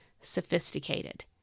sophisticated